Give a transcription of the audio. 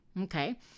okay